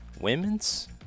women's